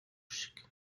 шиг